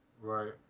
Right